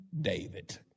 David